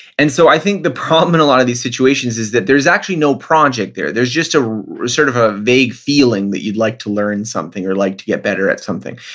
and so i think the problem in a lot of these situations is that there's actually no project there. there's just ah sort of a vague feeling that you'd like to learn something or like to get better at something.